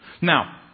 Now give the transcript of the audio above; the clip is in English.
Now